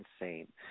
insane